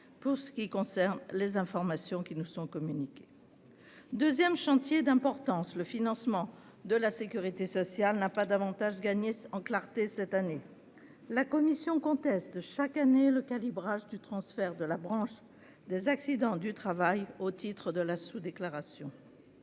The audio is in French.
organique, s'agissant des informations qui nous sont communiquées. Deuxième chantier d'importance, le financement de la sécurité sociale n'a pas davantage gagné en clarté cette année. La commission conteste, chaque année, le calibrage du transfert de la branche des accidents du travail au titre de la sous-déclaration.